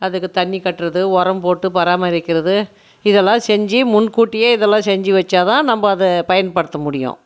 அதுக்கு தண்ணி கட்டுவது உரம் போட்டு பராமரிக்கிறது இதெல்லாம் செஞ்சு முன்கூட்டியே இதெல்லாம் செஞ்சு வைச்சாதான் நம்ம அதை பயன்படுத்த முடியும்